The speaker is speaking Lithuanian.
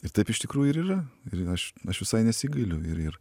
ir taip iš tikrųjų ir yra ir aš aš visai nesigailiu ir ir